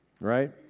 right